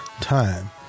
time